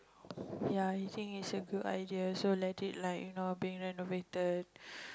ya I think it's a good idea so let it like you know being renovated